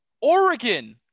Oregon